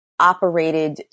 operated